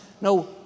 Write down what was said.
No